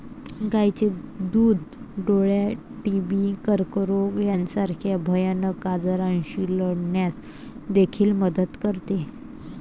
गायीचे दूध डोळा, टीबी, कर्करोग यासारख्या भयानक आजारांशी लढण्यास देखील मदत करते